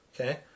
Okay